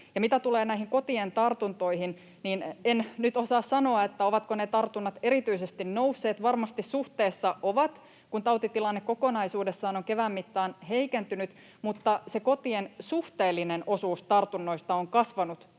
Mitä tulee näihin kotien tartuntoihin, niin en nyt osaa sanoa, ovatko ne tartunnat erityisesti nousseet, kun tautitilanne kokonaisuudessaan on kevään mittaan heikentynyt, mutta varmasti suhteessa ovat, ja se kotien suhteellinen osuus tartunnoista on kasvanut